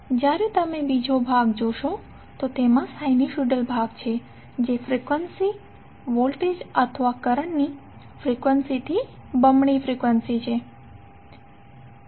જ્યારે તમે બીજો ભાગ જોશો તો તેમાં સિનુસસોઇડલ ભાગ છે જેની ફ્રિકવન્સી વોલ્ટેજ અથવા કરંટની ફ્રિકવન્સીથી બમણી ફ્રિકવન્સી છે